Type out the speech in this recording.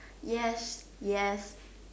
yes yes